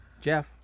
Jeff